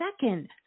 second